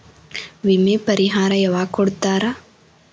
ವಿಮೆ ಪರಿಹಾರ ಯಾವಾಗ್ ಕೊಡ್ತಾರ?